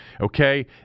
okay